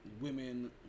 women